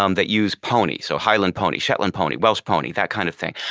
um that use pony so highland pony, shetland pony, welsh pony, that kind of thing.